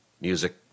music